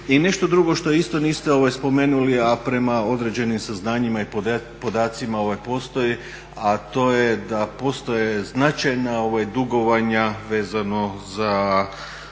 I nešto drugo što isto niste spomenuli, a prema određenim saznanjima i podacima postoji, a to je da postoje značajna dugovanja vezano za